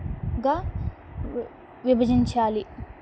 గా విభజించాలి